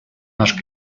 наш